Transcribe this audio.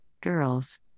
Girls